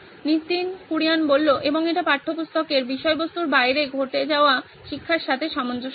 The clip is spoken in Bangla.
নীতিন কুরিয়ান এবং এটি পাঠ্যপুস্তকের বিষয়বস্তুর বাইরে ঘটে যাওয়া শিক্ষার সাথে সামঞ্জস্যপূর্ণ